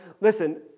listen